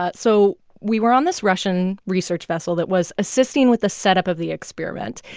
ah so we were on this russian research vessel that was assisting with the setup of the experiment.